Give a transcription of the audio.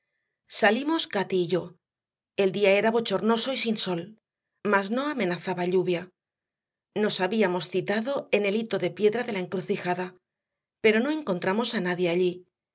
y yo el día era bochornoso y sin sol mas no amenazaba lluvia nos habíamos citado en el hito de piedra de la encrucijada pero no encontramos a nadie allí